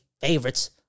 favorites